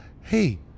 Hey